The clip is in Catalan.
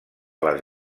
les